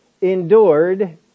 endured